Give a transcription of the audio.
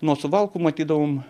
nuo suvalkų matydavom